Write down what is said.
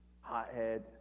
hothead